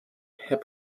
herr